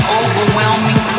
overwhelming